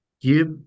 give